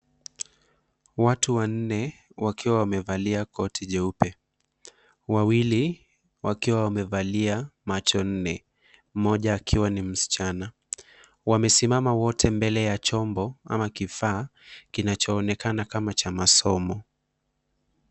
Watu wanne wakiwa wamevalia koti jeupe, wawili wakiwa wamevalia macho nne, mmoja akiwa ni msichana, Wamesimama wote mbele ya chombo ama kifaa kinachoonekana kama cha masomo.